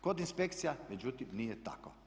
Kod inspekcija međutim nije tako.